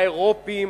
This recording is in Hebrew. האירופים,